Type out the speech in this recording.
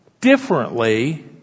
differently